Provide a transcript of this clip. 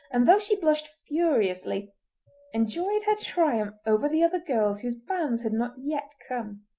and though she blushed furiously enjoyed her triumph over the other girls whose banns had not yet come.